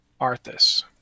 Arthas